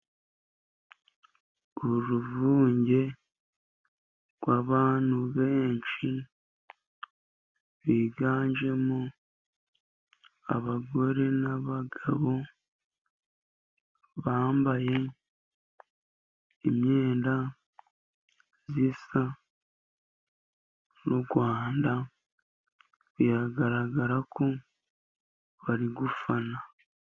Uruvunge rw'abantu benshi biganjemo abagore n'abagabo, bambaye imyenda isa n'u Rwanda, biragaragara ko bari gufana.